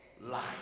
life